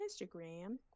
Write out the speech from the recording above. Instagram